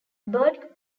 bird